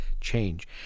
change